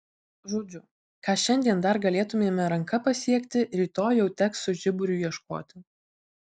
žodžiu ką šiandien dar galėtumėme ranka pasiekti rytoj jau teks su žiburiu ieškoti